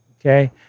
okay